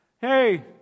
Hey